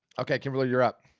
okay, kimberly, you're up.